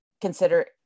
consider